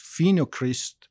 phenocryst